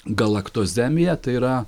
galaktozemija tai yra